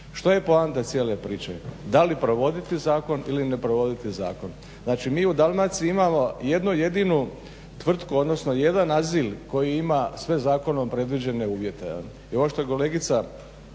Što je poanta cijele priče? Da li provoditi zakon ili ne provoditi zakon? Znači mi u Dalmaciji imamo jednu jedinu tvrtku, odnosno jedan azil koji ima sve zakonom predviđene uvjete.